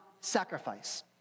sacrifice